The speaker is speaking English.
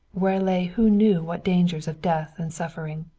where lay who knew what dangers of death and suffering.